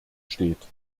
steht